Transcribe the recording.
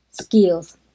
skills